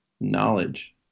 knowledge